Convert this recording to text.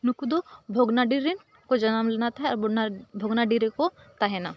ᱱᱩᱠᱩ ᱫᱚ ᱵᱷᱚᱜᱽᱱᱟᱰᱤ ᱨᱤᱱ ᱠᱚ ᱡᱟᱱᱟᱢ ᱞᱮᱱᱟ ᱛᱟᱦᱮᱸᱫ ᱟᱨ ᱵᱷᱚᱜᱽᱱᱟᱰᱤ ᱨᱮᱠᱚ ᱛᱟᱦᱮᱱᱟ